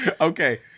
Okay